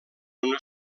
una